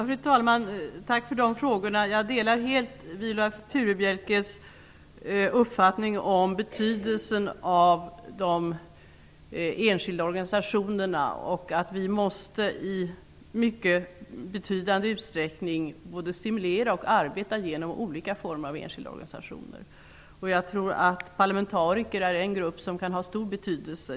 Fru talman! Tack för de frågorna. Jag delar helt Viola Furubjelkes uppfattning om betydelsen av de enskilda organisationerna och att vi i stor utsträckning måste stimulera och arbeta genom olika former av enskilda organisationer. Jag tror att parlamentariker är en grupp som kan ha stor betydelse.